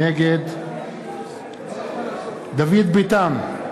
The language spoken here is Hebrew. נגד דוד ביטן,